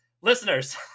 Listeners